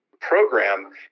program